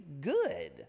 good